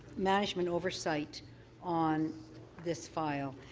management oversight on this file.